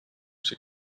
she